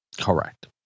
Correct